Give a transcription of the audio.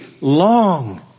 long